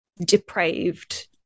depraved